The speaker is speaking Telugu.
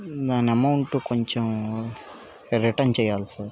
దాని అమౌంట్ కొంచెం రిటర్న్ చేయాలి సార్